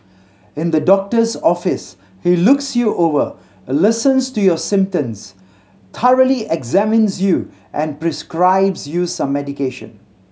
in the doctor's office he looks you over listens to your symptoms thoroughly examines you and prescribes you some medication